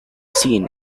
scene